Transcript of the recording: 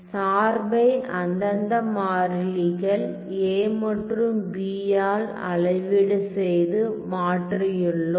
சார்பை அந்தந்த மாறிலிகள் a மற்றும் b ஆல் அளவீடு செய்து மாற்றியுள்ளோம்